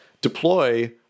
deploy